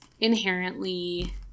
inherently